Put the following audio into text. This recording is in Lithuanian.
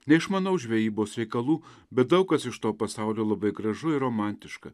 neišmanau žvejybos reikalų bet daug kas iš to pasaulio labai gražu ir romantiška